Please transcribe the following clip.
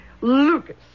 Lucas